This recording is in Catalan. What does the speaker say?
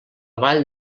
vall